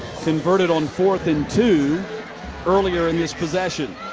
converted on fourth and two earlier in this possession.